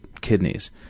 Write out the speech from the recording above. kidneys